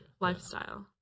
lifestyle